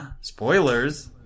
spoilers